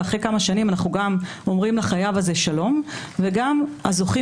ואחרי כמה שנים אנחנו אומרים לחייב הזה שלום וגם הזוכים